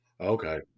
Okay